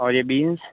और ये बीन्स